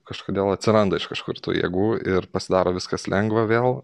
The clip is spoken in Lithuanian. kažkodėl atsiranda iš kažkur tų jėgų ir pasidaro viskas lengva vėl